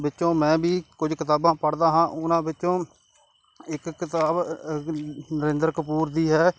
ਵਿੱਚੋਂ ਮੈਂ ਵੀ ਕੁਝ ਕਿਤਾਬਾਂ ਪੜ੍ਹਦਾ ਹਾਂ ਉਹਨਾਂ ਵਿੱਚੋਂ ਇੱਕ ਕਿਤਾਬ ਨਰਿੰਦਰ ਕਪੂਰ ਦੀ ਹੈ